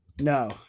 No